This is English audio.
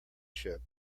ship